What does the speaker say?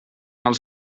els